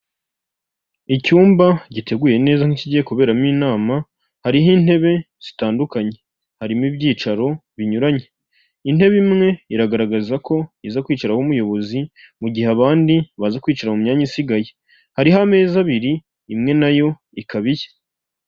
Icyumba giteguye neza nk'ikigiye kuberamo inama, hariho intebe zitandukanye, harimo ibyicaro binyuranye, intebe imwe iragaragaza ko iza kwicaraho umuyobozi mu gihe abandi baza kwicara mu myanya isigaye, hariho ameza abiri imwe nayo ikaba iye.